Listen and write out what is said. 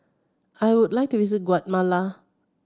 I would like to visit Guatemala